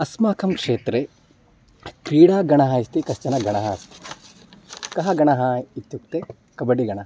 अस्माकं क्षेत्रे क्रीडागणः इति कश्चन गणः अस्ति कः गणः इत्युक्ते कबड्डि गणः